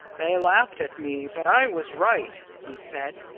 they laughed at me but i was right, he said.